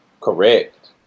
correct